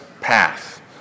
path